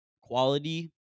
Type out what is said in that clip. Quality